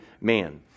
man